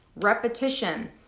repetition